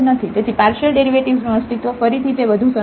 તેથી પાર્શિયલ ડેરિવેટિવ્ઝનું અસ્તિત્વ ફરીથી તે વધુ સરળ છે